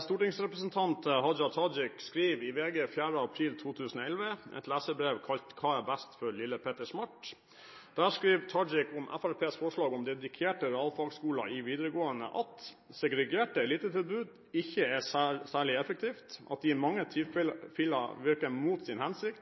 stortingsrepresentant Hadia Tajik skriver i VG 4. april 2011 et leserbrev kalt: «Hva er best for lille Petter Smart?» Hun skriver om Fremskrittspartiets forslag om dedikerte realfagskoler i forbindelse med videregående at «segregerte elitetilbud ikke er spesielt effektivt», at de i mange tilfeller virker «mot sin hensikt»,